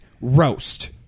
roast